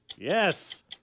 Yes